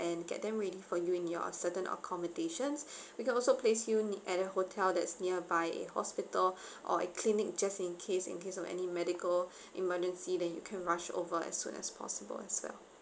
and get them ready for you in your certain accommodations we can also place you need at a hotel that's nearby a hospital or a clinic just in case in case of any medical emergency then you can rush over as soon as possible as well